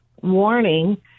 warning